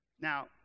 Now